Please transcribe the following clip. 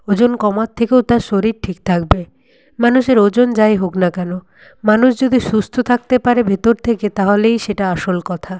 ওজন কমার থেকেও তার শরীর ঠিক থাকবে মানুষের ওজন যাই হোক না কেন মানুষ যদি সুস্থ থাকতে পারে ভেতর থেকে তাহলেই সেটা আসল কথা